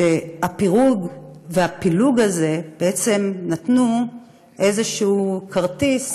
שבהן הפירוד והפילוג הזה בעצם נתנו איזשהו כרטיס